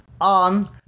on